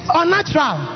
unnatural